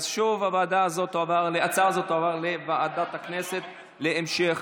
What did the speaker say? התשפ"ב 2022, לוועדה שתקבע ועדת הכנסת נתקבלה.